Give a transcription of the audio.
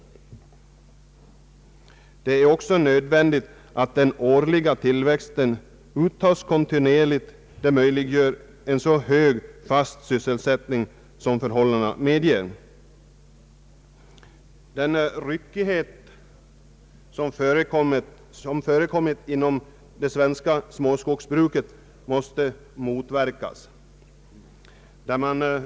Det är även nödvändigt att den årliga tillväxten uttas kontinuerligt. Detta möjliggör en så hög fast sysselsättning som förhållandena medger. Den ryckighet som förekommit inom det svenska småskogsbruket måste motverkas.